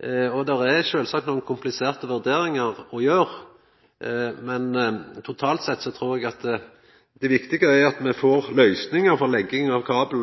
er sjølvsagt nokre kompliserte vurderingar ein må gjera, men totalt sett trur eg at det viktige er at me får løysingar for legging av kabel